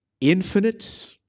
infinite